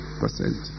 percent